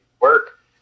work